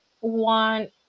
want